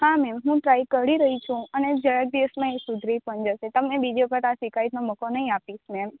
હા મેમ હું ટ્રાય કરી રહી છું અને જરાક દિવસમાં એ સુધરી પણ જશે તમને બીજી વખત આ શિકાયતનો મોકો નહી આપીશ મેમ